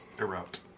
erupt